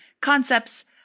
concepts